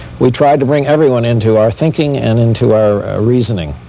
we tried to bring everyone into our thinking and into our reasoning.